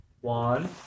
One